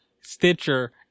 Stitcher